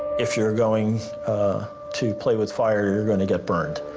if you're going to play with fire, you're going to get burned.